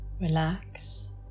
relax